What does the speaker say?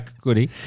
Goody